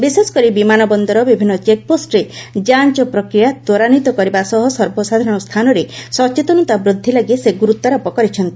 ବିଶେଷକରି ବିମାନ ବନ୍ଦର ବିଭିନ୍ନ ଚେକ୍ପୋଷ୍ଟରେ ଯାଞ୍ଚ ପ୍ରକ୍ରିୟା ତ୍ୱରାନ୍ୱିତ କରିବା ସହ ସର୍ବସାଧାରଣ ସ୍ଥାନରେ ସଚେତନତା ବୃଦ୍ଧି ଲାଗି ସେ ଗୁର୍ତ୍ୱାରୋପ କରିଛନ୍ତି